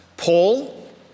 Paul